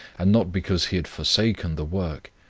and not because he had forsaken the work,